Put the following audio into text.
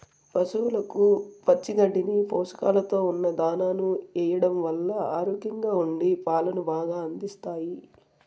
పసవులకు పచ్చి గడ్డిని, పోషకాలతో ఉన్న దానాను ఎయ్యడం వల్ల ఆరోగ్యంగా ఉండి పాలను బాగా అందిస్తాయి